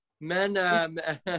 Men